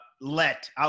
let